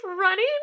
running